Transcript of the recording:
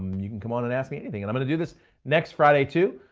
you can come on and ask me anything. and i'm gonna do this next friday too.